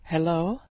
Hello